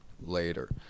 later